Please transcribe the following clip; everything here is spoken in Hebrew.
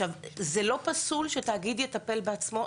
זה לא פסול שהתאגיד יטפל בעצמו.